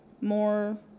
more